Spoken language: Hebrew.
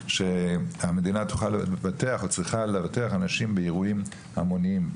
שהמדינה תוכל לבטח או צריכה לבטח אנשים באירועים המוניים,